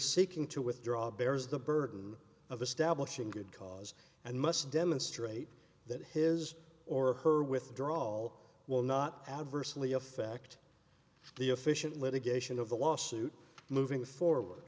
seeking to withdraw bears the burden of establishing good cause and must demonstrate that his or her withdrawal will not adversely affect the efficient litigation of the lawsuit moving forward